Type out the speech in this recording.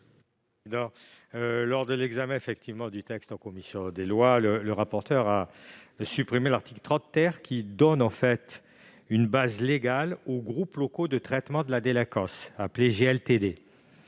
Lors de l'examen du texte en commission des lois, le rapporteur a supprimé l'article 30, qui donnait une base légale aux groupes locaux de traitement de la délinquance (GLTD).